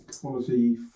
Quality